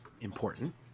important